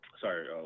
sorry